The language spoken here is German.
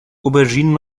auberginen